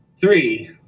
Three